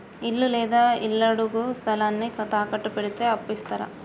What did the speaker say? ఇల్లు లేదా ఇళ్లడుగు స్థలాన్ని తాకట్టు పెడితే అప్పు ఇత్తరా?